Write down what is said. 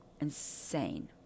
insane